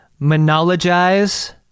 monologize